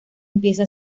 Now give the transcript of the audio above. empieza